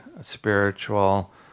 spiritual